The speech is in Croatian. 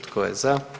Tko je za?